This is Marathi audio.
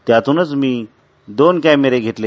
त्यातूनच मी दोन कॅमेरे घेतले